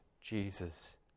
Jesus